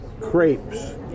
crepes